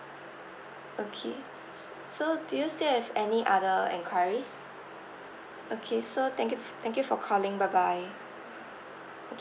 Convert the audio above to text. okay s~ so do you still have any other enquiries okay so thank you f~ thank you for calling bye bye